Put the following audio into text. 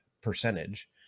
percentage